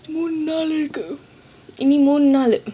இன்னும் மூணு நாள்:innum moonu naalu